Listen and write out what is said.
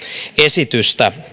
esitystä